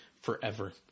forever